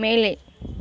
மேலே